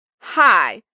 Hi